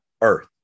earth